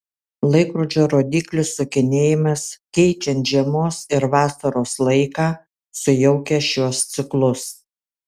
laikrodžio rodyklių sukinėjimas keičiant žiemos ir vasaros laiką sujaukia šiuos ciklus